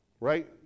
right